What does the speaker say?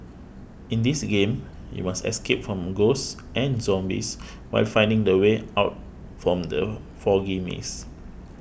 in this game you must escape from ghosts and zombies while finding the way out from the foggy maze